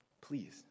Please